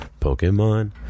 Pokemon